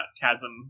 chasm